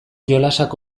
jolasak